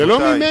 זה לא ממני.